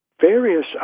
various